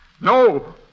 No